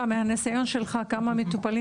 מניסיונך, כמה מטופלים